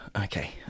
okay